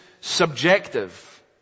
subjective